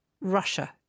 Russia